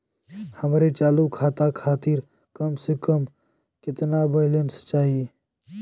हमरे चालू खाता खातिर कम से कम केतना बैलैंस चाही?